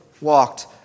walked